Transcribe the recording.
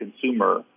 consumer